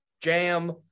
Jam